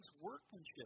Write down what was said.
workmanship